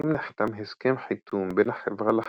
אם נחתם הסכם חיתום בין החברה לחתם,